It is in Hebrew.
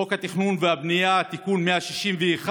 חוק התכנון והבנייה (תיקון 161)